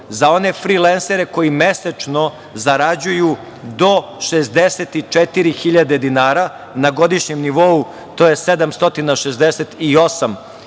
za one frilensere koji mesečno zarađuju do 64.000 dinara, na godišnjem nivou to je 768.000